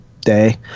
day